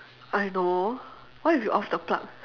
I know what if you off the plug